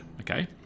okay